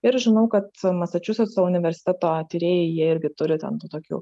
ir žinau kad masačusetso universiteto tyrėjai jie irgi turi ten tų tokių